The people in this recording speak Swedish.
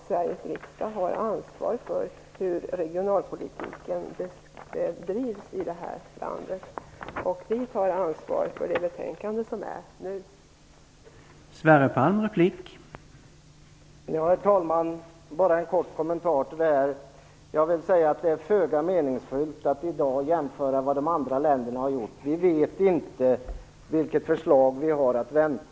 Sveriges riksdag har väl ändå ansvar för hur regionalpolitiken bedrivs här i landet? Vi tar ansvar för det betänkande som föreligger i dag.